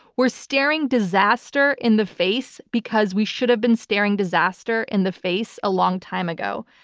we're staring disaster in the face because we should have been staring disaster in the face a long time ago,